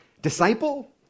Disciple